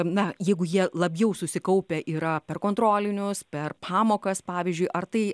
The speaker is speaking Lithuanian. na jeigu jie labiau susikaupę yra per kontrolinius per pamokas pavyzdžiui ar tai